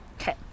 Okay